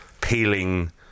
peeling